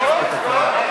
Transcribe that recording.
יש פה תקלה.